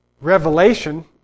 revelation